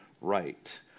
right